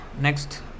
next